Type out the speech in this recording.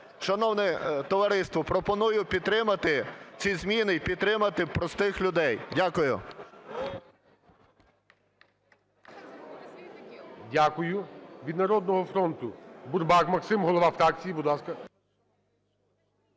Шановне товариство, пропоную підтримати ці зміни і підтримати простих людей. Дякую.